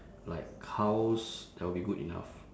like house that'll be good enough